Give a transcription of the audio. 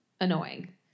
annoying